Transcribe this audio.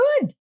good